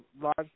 large